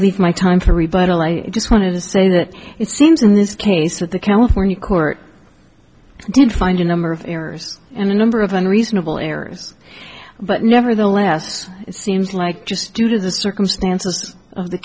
leave my time for rebuttal i just wanted to say that it seems in this case that the california court did find a number of errors and a number of unreasonable errors but nevertheless it seems like just due to the circumstances of the